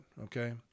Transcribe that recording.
okay